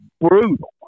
brutal